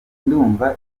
ndumva